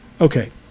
Okay